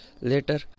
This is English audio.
later